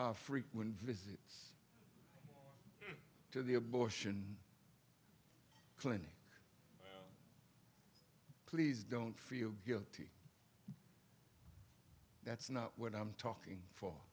about frequent visits to the abortion clinic please don't feel guilty that's not what i'm talking for